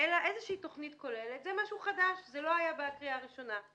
אלא איזושהי תכנית כוללת זה משהו חדש שלא היה בקריאה הראשונה.